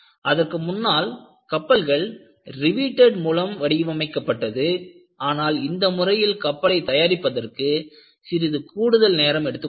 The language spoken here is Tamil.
அதற்கு முன்னால் கப்பல்கள் ரிவிட்டெட் மூலம் வடிவமைக்கப்பட்டது ஆனால் இந்த முறையில் கப்பலை தயாரிப்பதற்கு சிறிது கூடுதல் நேரம் எடுத்துக் கொண்டது